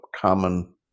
common